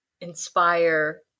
inspire